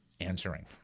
answering